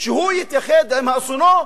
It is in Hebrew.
שהוא יתייחד עם אסונו,